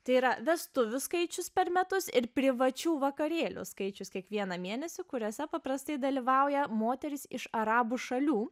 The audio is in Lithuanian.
tai yra vestuvių skaičius per metus ir privačių vakarėlių skaičius kiekvieną mėnesį kuriuose paprastai dalyvauja moterys iš arabų šalių